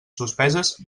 suspeses